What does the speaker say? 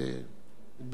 וזה לא בוצע עד היום?